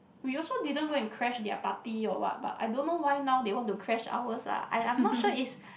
we also didn't go and crash their party or what but I don't know why now they want to crash ours ah I I'm not sure it's